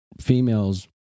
females